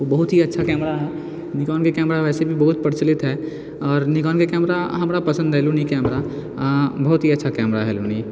ओ बहुत ही अच्छा कैमरा हइ निकोनके कैमरा वैसे भी बहुत प्रचलित हइ आओर निकोनके कैमरा हमरा पसन्द अएलौ कैमरा बहुत ही अच्छा कैमरा हइलोनी